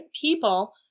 people